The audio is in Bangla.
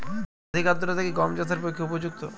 অধিক আর্দ্রতা কি গম চাষের পক্ষে উপযুক্ত?